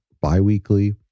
bi-weekly